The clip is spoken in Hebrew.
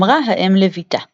אמרה האם לבתה